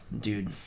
Dude